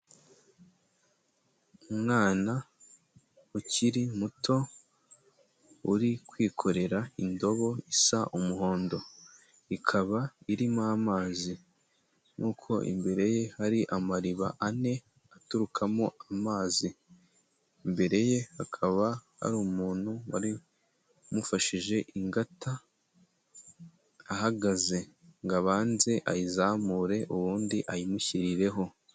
Umwana ukiri muto uri kwikorera indobo isa umuhondo ikaba irimo amazi, nuko imbere ye hari amariba ane aturukamo amazi, imbere ye hakaba hari umuntu wari umufashije ingata ahagaze ngo abanze ayizamure, ubundi ayimushyirireho.